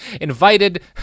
invited